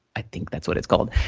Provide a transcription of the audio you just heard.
i think that's what it's called.